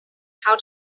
how